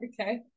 okay